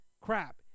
crap